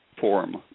form